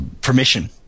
permission